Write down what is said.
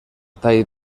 tall